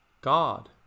God